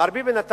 מר ביבי נתניהו,